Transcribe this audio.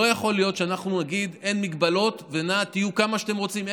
לא יכול להיות שאנחנו נגיד שאין הגבלות ותהיו כמה שאתם רוצים,